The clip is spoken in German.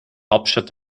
hauptstadt